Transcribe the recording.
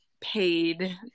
paid